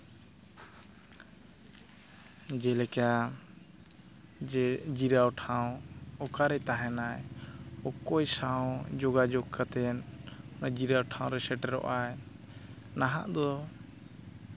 ᱡᱮᱞᱮᱠᱟ ᱡᱮ ᱡᱤᱨᱟᱹᱣ ᱴᱷᱟᱶ ᱚᱠᱟ ᱨᱮ ᱛᱟᱦᱮᱱᱟᱭ ᱚᱠᱚᱭ ᱥᱟᱶ ᱡᱳᱜᱟᱡᱳᱜᱽ ᱠᱟᱛᱮ ᱡᱤᱨᱟᱹᱣ ᱴᱷᱟᱶ ᱨᱮ ᱥᱮᱴᱮᱨᱚᱜᱼᱟᱭ ᱱᱟᱦᱟᱜ ᱫᱚ